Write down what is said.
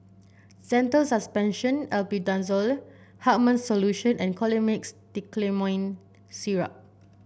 Zental Suspension Albendazole Hartman's Solution and Colimix Dicyclomine Syrup